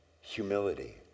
humility